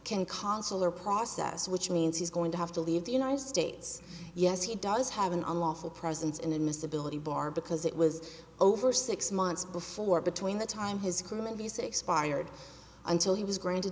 can consular process which means he's going to have to leave the united states yes he does have an unlawful presence in admissibility bar because it was over six months before between the time his criminal use expired until he was granted